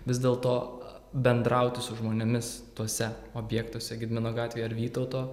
vis dėl to bendrauti su žmonėmis tuose objektuose gedimino gatvėje ar vytauto